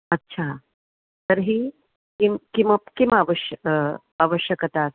अच्छा तर्हि किं किमपि किम् आवश्यकम् आवश्यकं